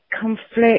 conflict